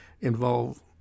involve